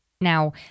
Now